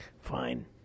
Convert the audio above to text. Fine